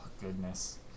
Goodness